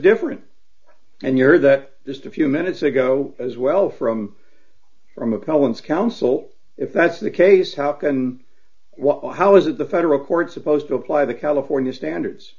different and your that just a few minutes ago as well from from a collins counsel if that's the case how can one how is the federal court supposed to apply the california standards